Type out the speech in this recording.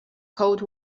cold